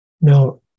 Now